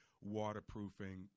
waterproofing